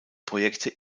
projekte